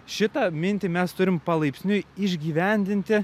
šitą mintį mes turim palaipsniui išgyvendinti